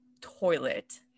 toilet